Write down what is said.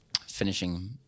finishing